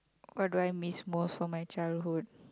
what do I miss most from my childhood